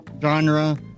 genre